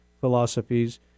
philosophies